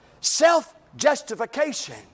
self-justification